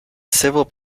civil